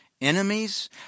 enemies